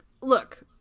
Look